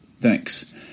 Thanks